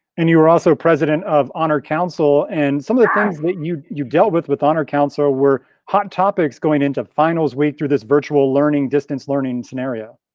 and you were also president of honor council and some of the things that you you dealt with with honor council ah were hot topics going into finals week through this virtual learning distance learning scenario.